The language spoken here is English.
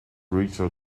ritual